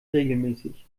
regelmäßig